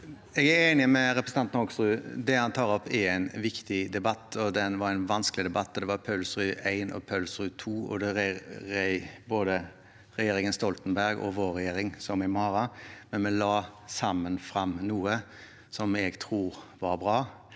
Jeg er enig med representanten Hoksrud: Det han tar opp, er en viktig debatt. Det var også en vanskelig debatt. Det var Paulsrud I og Paulsrud II, og det red oss – både regjeringen Stoltenberg og vår regjering – som en mare. Men sammen la vi fram noe som jeg tror var bra,